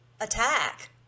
attack